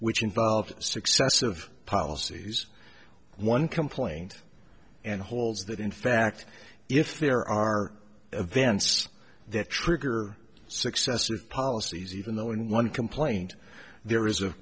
which involves successive policies one complaint and holds that in fact if there are events that trigger successive policies even though in one complaint there is a